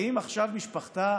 האם עכשיו משפחתה